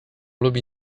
lubi